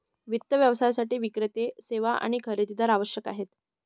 वित्त व्यवसायासाठी विक्रेते, सेवा आणि खरेदीदार आवश्यक आहेत